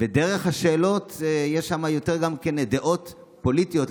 ודרך השאלות יש שם גם כן דעות פוליטיות,